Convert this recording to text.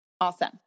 Awesome